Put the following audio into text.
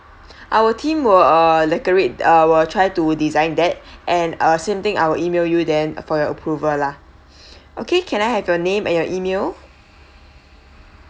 our team will uh decorate uh will try to design that and uh same thing I will email you then for your approval lah okay can I have your name and your email